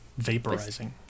vaporizing